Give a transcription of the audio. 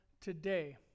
today